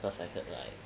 cause I heard like